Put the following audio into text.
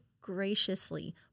graciously